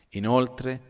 inoltre